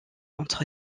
entre